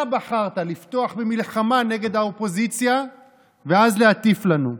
אתה בחרת לפתוח במלחמה נגד האופוזיציה ואז להטיף לנו.